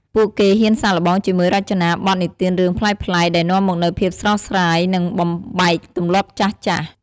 ពួកគេហ៊ានសាកល្បងជាមួយរចនាបថនិទានរឿងប្លែកៗ ដែលនាំមកនូវភាពស្រស់ស្រាយ និងបំបែកទម្លាប់ចាស់ៗ។